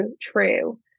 true